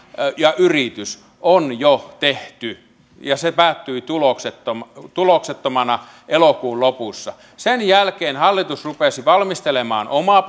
ja yritys on jo tehty ja se päättyi tuloksettomana tuloksettomana elokuun lopussa sen jälkeen hallitus rupesi valmistelemaan omaa